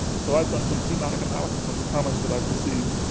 so i've done some thematic analysis of the comments that i've received.